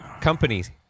companies